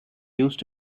used